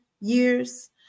years